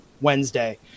Wednesday